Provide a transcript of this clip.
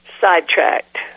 Sidetracked